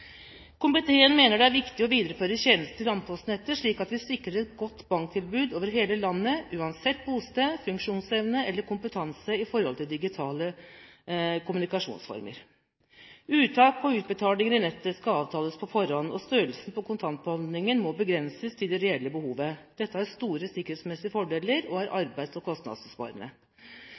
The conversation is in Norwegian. Komiteen mener det er viktig å videreføre tjenester i landpostnettet, slik at vi sikrer et godt banktilbud over hele landet, uansett bosted, funksjonsevne eller kompetanse i digitale kommunikasjonsformer. Uttak og utbetalinger på nettet skal avtales på forhånd, og størrelsen på kontantbeholdningen må begrenses til det reelle behovet. Dette har store sikkerhetsmessige fordeler og er arbeids- og kostnadsbesparende.